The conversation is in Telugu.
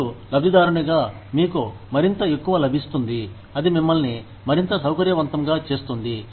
కానీ మీరు లబ్ధిదారునిగా మీకు మరింత ఎక్కువ లభిస్తుంది అది మిమ్మల్ని మరింత సౌకర్యవంతంగా చేస్తుంది